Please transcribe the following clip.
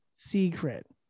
secret